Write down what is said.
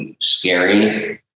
scary